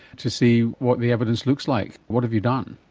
to see what the evidence looks like. what have you done?